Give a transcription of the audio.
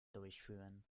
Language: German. durchführen